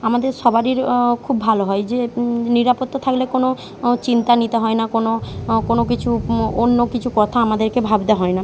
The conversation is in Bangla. আমাদের সবারই খুব ভালো হয় যে নিরাপত্তা থাকলে কোনো চিন্তা নিতে হয় না কোনো কোনো কিছু অন্য কিছু কথা আমাদেরকে ভাবতে হয় না